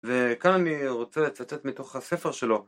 וכאן אני רוצה לצטט מתוך הספר שלו